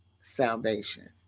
salvation